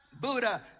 Buddha